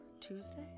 Tuesday